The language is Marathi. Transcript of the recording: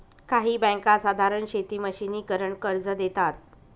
काही बँका साधारण शेती मशिनीकरन कर्ज देतात